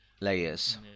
layers